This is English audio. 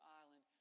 island